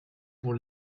pour